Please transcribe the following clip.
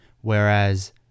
Whereas